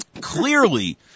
Clearly